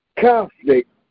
conflict